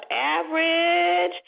average